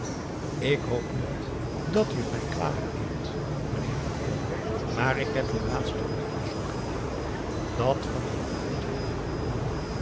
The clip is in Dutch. ik hoop niet dat u t mij kwalijk neemt meneer van olm maar ik heb u laatst een verzoek gedaan dat van den broek betrof